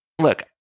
look